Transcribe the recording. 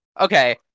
okay